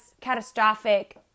catastrophic